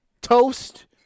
toast